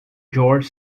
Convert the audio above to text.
george